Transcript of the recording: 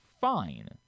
Fine